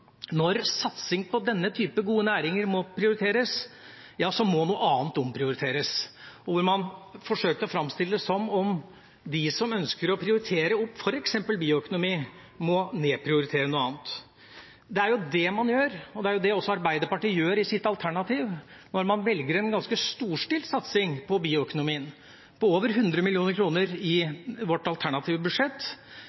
når satsing på denne type gode næringer må prioriteres, ja så må noe annet omprioriteres, og man forsøkte å framstille det som om de som ønsker å prioritere opp f.eks. bioøkonomi, må nedprioritere noe annet. Det er jo det man gjør, og det er jo også det Arbeiderpartiet gjør i sitt alternativ. Når man velger en ganske storstilt satsing på bioøkonomien – på over 100 mill. kr i vårt alternative budsjett